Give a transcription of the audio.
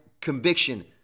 conviction